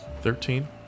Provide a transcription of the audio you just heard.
thirteen